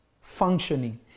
functioning